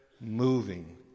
moving